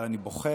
אבל אני בוחר